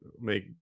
make